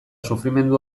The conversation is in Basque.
sufrimendu